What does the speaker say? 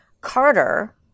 Carter